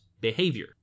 behavior